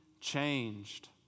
changed